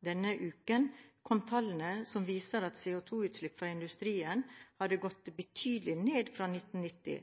Denne uken kom tall som viser at CO2-utslipp fra industrien har gått betydelig ned fra 1990.